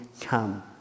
come